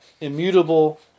immutable